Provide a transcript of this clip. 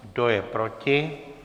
Kdo je proti?